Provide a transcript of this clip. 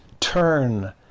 turn